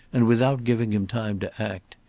and without giving him time to act.